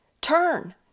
Turn